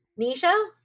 Nisha